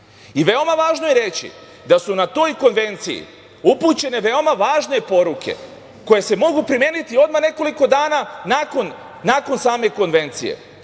je važno reći da su na toj konvenciji upućene veoma važne poruke koje se mogu primeniti odmah nekoliko dana nakon same konvencije,